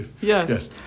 Yes